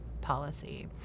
policy